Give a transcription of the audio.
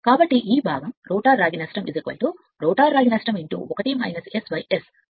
కాబట్టి ఈ భాగం రోటర్ రాగి నష్టం రోటర్ రాగి నష్టం 1 S S